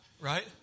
right